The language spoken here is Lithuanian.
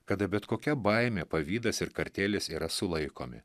kada bet kokia baimė pavydas ir kartėlis yra sulaikomi